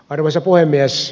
arvoisa puhemies